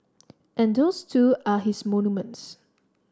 and those too are his monuments